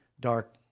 dark